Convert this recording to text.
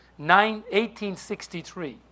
1863